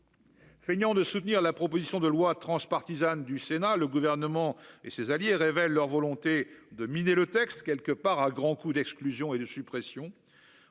Feignant de soutenir la proposition de loi transpartisane du Sénat le gouvernement et ses alliés révèlent leur volonté de miner le texte quelque part à grands coups d'exclusion et de suppression,